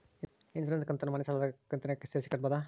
Insurance ಕಂತನ್ನ ಮನೆ ಸಾಲದ ಕಂತಿನಾಗ ಸೇರಿಸಿ ಕಟ್ಟಬೋದ?